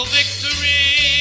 victory